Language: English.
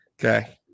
Okay